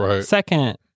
Second